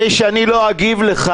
אני אומר שהיה.